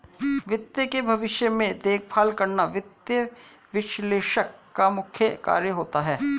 वित्त के भविष्य में देखभाल करना वित्त विश्लेषक का मुख्य कार्य होता है